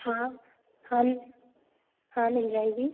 हाँ हम हाँ मिल जाएगी